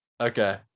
Okay